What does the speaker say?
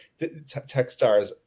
Techstars